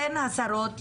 אתן השרות,